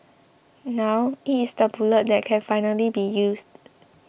now it is the bullet that can finally be used